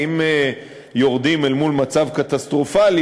כי אם יורדים מול מצב קטסטרופלי,